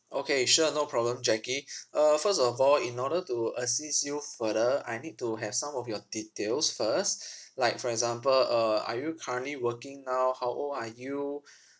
okay sure no problem jackie uh first of all in order to assist you further I need to have some of your details first like for example uh are you currently working now how old are you